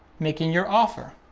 making your offer